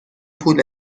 پول